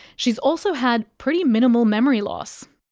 she has also had pretty minimal memory loss.